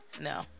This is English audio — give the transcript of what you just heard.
no